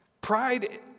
Pride